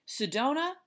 Sedona